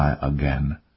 again